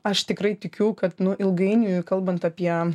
aš tikrai tikiu kad nu ilgainiui kalbant apie